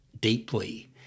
deeply